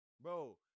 Bro